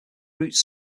roots